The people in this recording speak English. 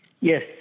Yes